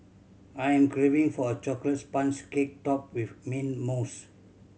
I am craving for a chocolate sponge cake topped with mint mousse